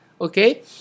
Okay